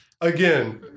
again